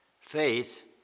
faith